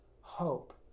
hope